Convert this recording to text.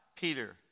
Peter